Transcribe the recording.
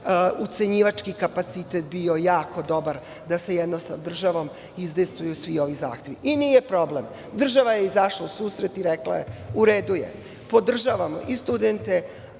ucenjivački kapacitet bio jako dobar da se sa državom izdejstvuju svi ovi zahtevi. I nije problem. Država je izašla u susret i rekla u redu je - podržavamo i studente